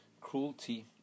cruelty